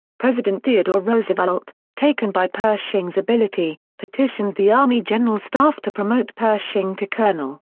president theodore roosevelt, taken by pershing's ability, petitioned the army general staff to promote pershing to colonel.